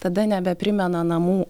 tada nebeprimena namų